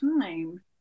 time